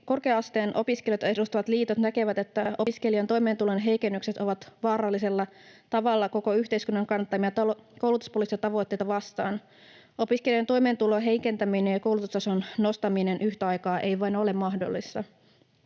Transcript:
korkea-asteen opiskelijoita edustavat liitot näkevät, että opiskelijan toimeentulon heikennykset ovat vaarallisella tavalla koko yhteiskunnan kannattamia koulutuspoliittisia tavoitteita vastaan. Opiskelijoiden toimeentulon heikentäminen ja koulutustason nostaminen yhtä aikaa ei vain ole mahdollista.